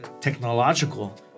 technological